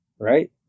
right